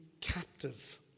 captive